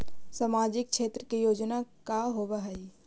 सामाजिक क्षेत्र के योजना का होव हइ?